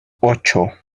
ocho